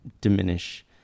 diminish